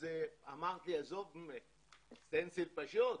אז אמרת לי: עזוב, זה סטנסיל פשוט?